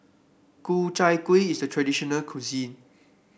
Ku Chai Kueh is a traditional cuisine